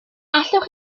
allwch